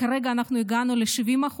כרגע הגענו ל-70%,